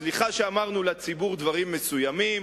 סליחה שאמרנו לציבור דברים מסוימים,